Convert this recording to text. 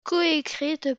coécrite